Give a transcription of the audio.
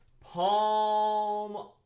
palm